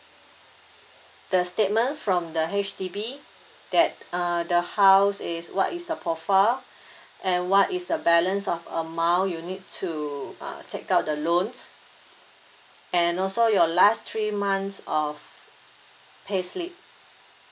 the statement from the H_D_B that uh the house is what is the profile and what is the balance of amount you need to uh take out the loan and also your last three months of payslip